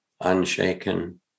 unshaken